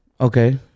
Okay